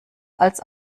als